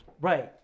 Right